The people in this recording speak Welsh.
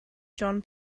john